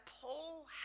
Paul